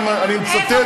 אני מצטט,